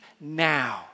now